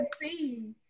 see